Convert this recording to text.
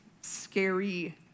scary